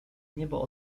niebo